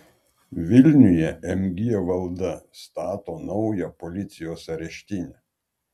vilniuje mg valda stato naują policijos areštinę